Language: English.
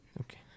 Okay